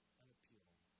unappealing